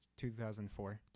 2004